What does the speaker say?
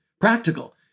practical